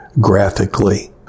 graphically